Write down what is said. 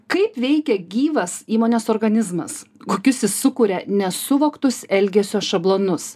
kaip veikia gyvas įmonės organizmas kokius jis sukuria nesuvoktus elgesio šablonus